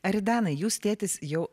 eridanai jūs tėtis jau